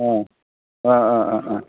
ए औ औ औ